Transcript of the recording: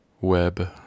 Web